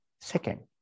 Second